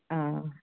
ஆ